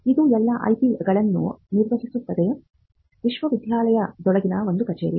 ಇದು ಎಲ್ಲಾ ಐಪಿಗಳನ್ನು ನಿರ್ವಹಿಸುವ ವಿಶ್ವವಿದ್ಯಾಲಯದೊಳಗಿನ ಕಚೇರಿ